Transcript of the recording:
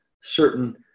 certain